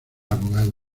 abogado